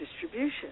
distribution